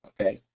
okay